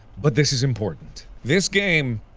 but this is important. this game.